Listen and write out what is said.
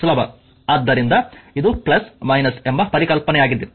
ಆದ್ದರಿಂದ ಇದು ಎಂಬ ಪರಿಕಲ್ಪನೆಯಾಗಿದೆ